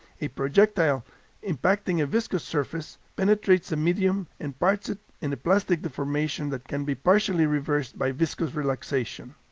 a projectile impacting a viscous surface penetrates the medium and parts it in a plastic deformation that can be partially reversed by viscous relaxation.